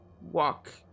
walk